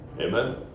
Amen